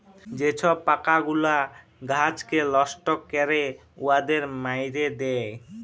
যে ছব পকাগুলা গাহাচকে লষ্ট ক্যরে উয়াদের মাইরে দেয়